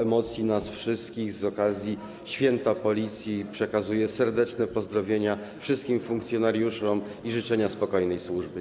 emocji nas wszystkich - z okazji święta Policji przekazuję serdeczne pozdrowienia wszystkim funkcjonariuszom i życzenia spokojnej służby.